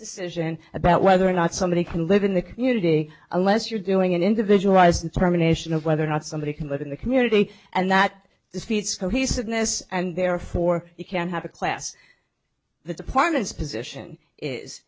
decision about whether or not somebody can live in the community unless you're doing an individualized terminations of whether or not somebody can vote in the community and that defeats cohesiveness and therefore you can have a class the department's position is